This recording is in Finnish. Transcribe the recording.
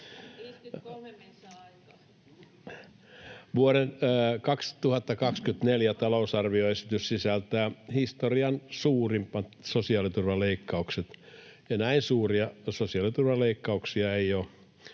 Vuoden 2024 talousarvioesitys sisältää historian suurimmat sosiaaliturvaleikkaukset, ja näin suuria sosiaaliturvaleikkauksia ei ole